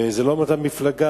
וזה לא מאותה מפלגה,